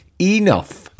Enough